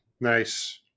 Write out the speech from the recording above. Nice